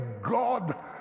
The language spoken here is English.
God